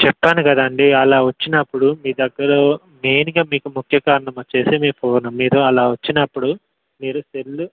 చెప్పాను కదండి అలా వచ్చినప్పుడు మీ దగ్గర మెయిన్గా మీకు ముఖ్య కారణం వచ్చేసి మీ ఫోను మీరు అలా వచ్చినప్పుడు మీరు సెల్లు